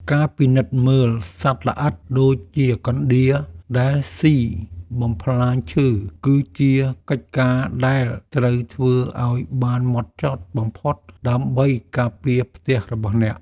ការពិនិត្យមើលសត្វល្អិតដូចជាកណ្ដៀរដែលស៊ីបំផ្លាញឈើ គឺជាកិច្ចការដែលត្រូវធ្វើឱ្យបានហ្មត់ចត់បំផុតដើម្បីការពារផ្ទះរបស់អ្នក។